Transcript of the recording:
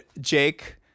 Jake